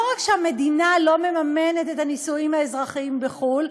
לא רק שהמדינה לא מממנת את הנישואים האזרחיים בחו"ל,